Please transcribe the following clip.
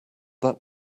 that